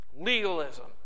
legalism